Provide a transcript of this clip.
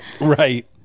Right